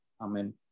Amen